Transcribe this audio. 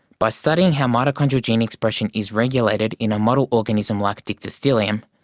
by studying how mitochondrial gene expression is regulated in a model organism like dictyostelium,